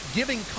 giving